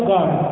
God